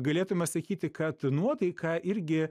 galėtume sakyti kad nuotaika irgi